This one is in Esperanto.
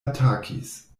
atakis